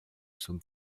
zum